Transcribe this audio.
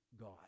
God